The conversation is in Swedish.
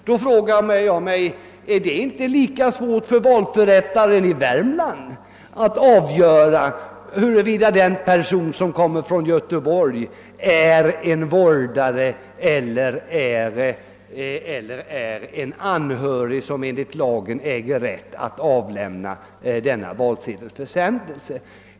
Då frågar jag mig: Är det inte lika svårt för valförrättaren i Värmland att avgöra huruvida den person som kommer från Göteborg är en vårdare eller en anhörig som enligt lagen äger rätt att avlämna denna valsedelsförsändelse?